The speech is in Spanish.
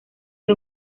del